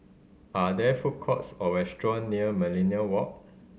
are there food courts or restaurant near Millenia Walk